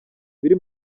biri